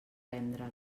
vendre